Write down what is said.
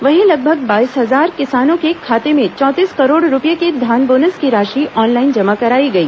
वहीं लगभग बाईस हजार किसानो के खाते में चौंतीस करोड़ रूपए के धान बोनस की राशि ऑनलाइन जमा कराई गई